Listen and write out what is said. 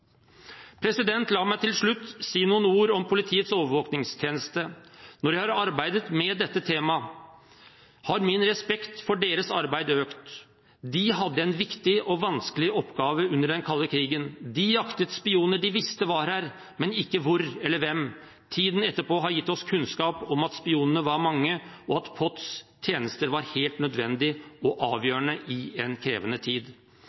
La meg til slutt si noen ord om Politiets overvåkningstjeneste. Når jeg har arbeidet med dette temaet, har min respekt for deres arbeid økt. De hadde en viktig og vanskelig oppgave under den kalde krigen. De jaktet spioner de visste var her, men ikke hvor eller hvem de var. Tiden etterpå har gitt oss kunnskap om at spionene var mange, og at POTs tjenester var helt nødvendige og avgjørende i en krevende tid.